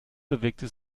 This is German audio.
bewegte